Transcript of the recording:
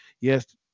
Yes